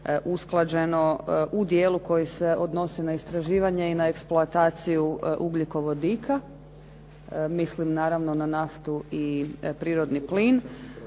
usklađeno u dijelu koji se odnosi na istraživanje i na eksploataciju ugljikovodika. Mislim naravno na naftu i prirodni plin